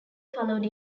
followed